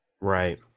Right